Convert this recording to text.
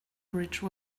bridge